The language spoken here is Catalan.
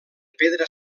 pedra